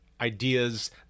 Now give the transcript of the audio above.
ideas